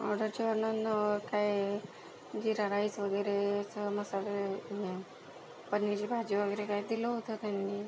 ऑर्डरच्या वेळेला ना काय जीरा राईस वगैरे असं मसाला हे पनीरची भाजी वगैरे काय दिलं होतं त्यांनी